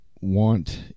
want